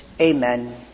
Amen